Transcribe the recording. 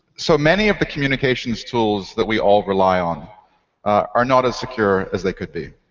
so many of the communications tools that we all rely on are not as secure as they could be.